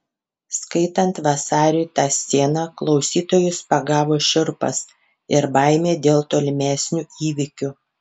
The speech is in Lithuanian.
skaitant vasariui tą sceną klausytojus pagavo šiurpas ir baimė dėl tolimesnių įvykių